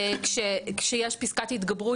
כשיש פסקת התגברות